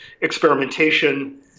experimentation